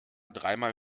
dreimal